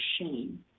shame